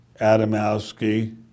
Adamowski